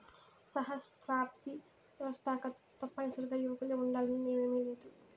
సహస్రాబ్ది వ్యవస్తాకతలో తప్పనిసరిగా యువకులే ఉండాలన్న నియమేమీలేదు